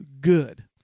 good